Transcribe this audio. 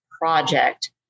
project